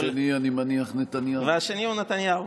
והשני הוא נתניהו,